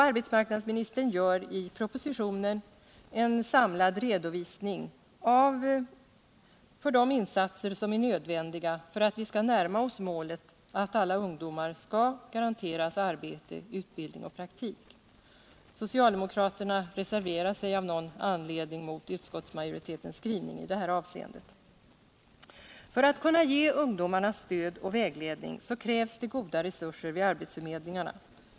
Arbetsmarknadsministern gör i propositionen en samlad redovisning av de insatser som är nödvändiga för att vi skall närma oss målet att alla ungdomar skall garanteras arbete, utbildning och praktik. Socialdemokraterna reserverar sig av någon anledning mot utskottsmajoriietens skrivning i detta avseende. För att kunna ge ungdomarna stöd och vägledning krävs goda resurser vid arbetsförmedlingarna.